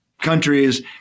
countries